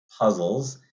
puzzles